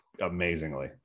amazingly